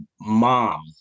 mom